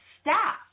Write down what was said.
staff